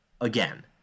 again